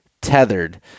tethered